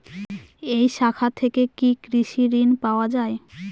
এই শাখা থেকে কি কৃষি ঋণ পাওয়া যায়?